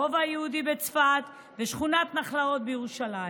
הרובע היהודי בצפת ושכונת נחלאות בירושלים.